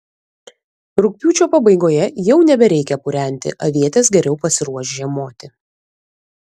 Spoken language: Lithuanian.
rugpjūčio pabaigoje jau nebereikia purenti avietės geriau pasiruoš žiemoti